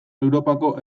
europako